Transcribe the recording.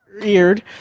weird